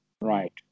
Right